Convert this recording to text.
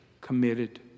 committed